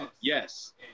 Yes